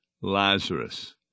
Lazarus